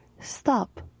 stop